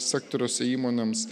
sektoriuose įmonėms